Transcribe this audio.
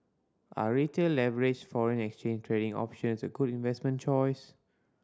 are Retail leveraged foreign exchange trading options a good investment choice